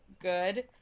good